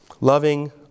loving